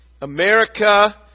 America